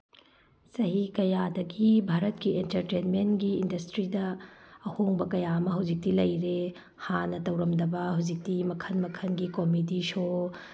ꯆꯍꯤ ꯀꯌꯥꯗꯒꯤ ꯚꯥꯔꯠꯀꯤ ꯑꯦꯟꯇꯔꯇꯦꯟꯃꯦꯟꯒꯤ ꯏꯟꯗꯁꯇ꯭ꯔꯤꯗ ꯑꯍꯣꯡꯕ ꯀꯌꯥ ꯑꯃ ꯍꯧꯖꯤꯛꯇꯤ ꯂꯩꯔꯦ ꯍꯥꯟꯅ ꯇꯧꯔꯝꯗꯕ ꯍꯧꯖꯤꯛꯇꯤ ꯃꯈꯜ ꯃꯈꯜꯒꯤ ꯀꯣꯃꯦꯗꯤ ꯁꯣ